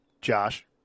Josh